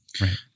Right